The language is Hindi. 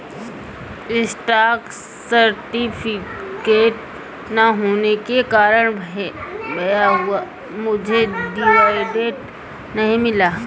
स्टॉक सर्टिफिकेट ना होने के कारण भैया मुझे डिविडेंड नहीं मिला